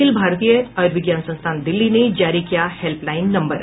अखिल भारतीय आयुर्विज्ञान संस्थान दिल्ली ने जारी किया हेल्पलाईन नम्बर